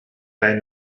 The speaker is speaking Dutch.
bij